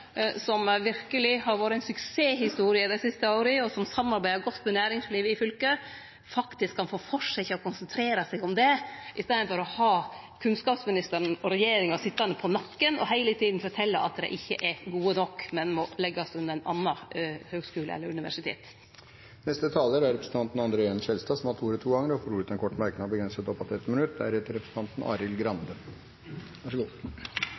som verkeleg har vore ei suksesshistorie dei siste åra, og som samarbeider godt med næringslivet i fylket – faktisk kan få fortsetje å konsentrere seg om det, i staden for å ha kunnskapsministeren og regjeringa sitjande på nakken og heile tida fortelje at dei ikkje er gode nok, men må leggjast under ein annan høgskule eller universitet. Representanten André N. Skjelstad har hatt ordet to ganger tidligere i debatten og får ordet til en kort merknad, begrenset til 1 minutt. Representanten